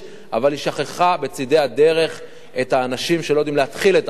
אבל היא שכחה בצדי הדרך את האנשים שלא יודעים להתחיל את החודש,